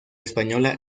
española